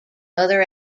other